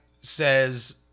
says